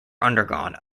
undergone